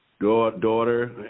daughter